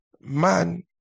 man